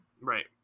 Right